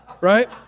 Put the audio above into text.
right